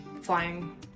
flying